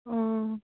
অঁ